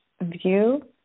view